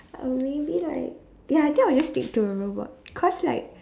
or maybe like ya I think I'll just stick to a robot cause like